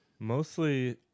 Mostly